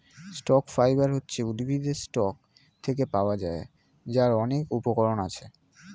stock fibre হচ্ছে উদ্ভিদের stalk থেকে পাওয়া যায়, যার অনেক উপকরণ আছে